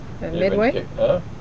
Midway